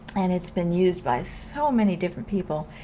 and it's been used by so many different people.